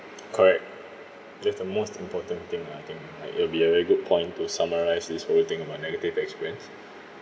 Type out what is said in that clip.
correct that's the most important thing lah I think like it'll be a very good point to summarise this whole thing about negative experience